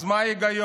אז מה ההיגיון,